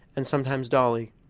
and sometimes dolly.